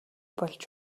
болж